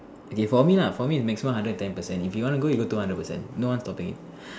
okay for me lah for me it's maximum hundred and ten percent if you want to go you go two hundred percent no one is stopping you